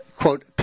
quote